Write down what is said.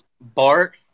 Bart